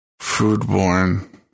Foodborne